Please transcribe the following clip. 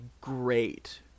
great